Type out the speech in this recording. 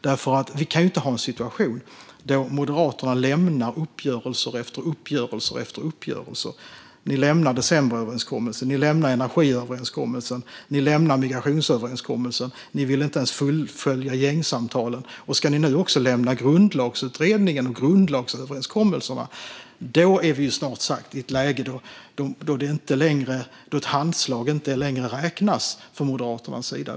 Vi kan nämligen inte ha en situation där Moderaterna lämnar uppgörelse efter uppgörelse. Ni lämnade decemberöverenskommelsen, ni lämnade energiöverenskommelsen och ni lämnade migrationsöverenskommelsen. Ni ville inte ens fullfölja gängsamtalen, och ska ni nu lämna även grundlagsutredningen och grundlagsöverenskommelserna är vi snart i ett läge där ett handslag från Moderaterna inte längre räknas.